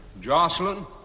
Jocelyn